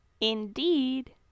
Indeed